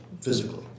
physically